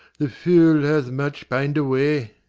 the fool hath much pined away.